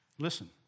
Listen